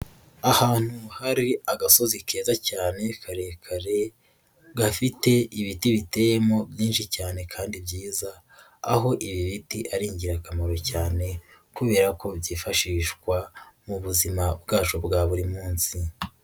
Ahantu hari agasozi keza cyane karekare, gafite ibiti biteyemo byinshi cyane kandi byiza, aho ibi biti ari ingirakamaro cyane kubera ko byifashishwa mu buzima bwacu bwa buri munsi.